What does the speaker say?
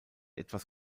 etwas